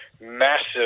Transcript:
massive